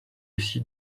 aussi